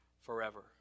forever